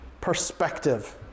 perspective